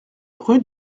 rue